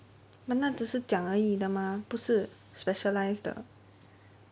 but 那只是讲而已的 mah 不是 specialise 的